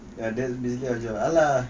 ya that's basically our job !alah!